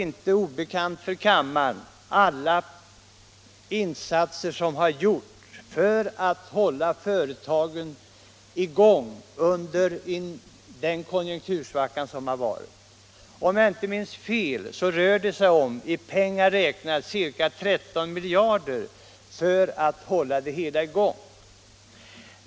De insatser som har gjorts för att hålla företagen i gång under konjunktursvackan är naturligtvis inte obekanta för kammaren. Om jag inte minns fel rör det sig om insatser för ca 13 miljarder för att hålla uppe sysselsättningen.